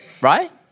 right